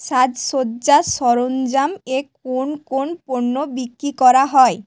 সাজসজ্জার সরঞ্জাম এ কোন কোন পণ্য বিক্রি করা হয়